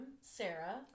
Sarah